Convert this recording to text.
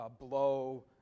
blow